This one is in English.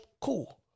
Cool